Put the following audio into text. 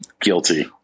Guilty